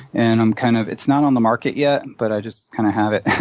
and i'm kind of it's not on the market yet, but i just kind of have it.